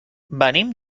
venim